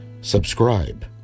subscribe